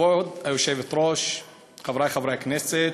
כבוד היושבת-ראש, חברי חברי הכנסת,